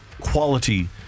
quality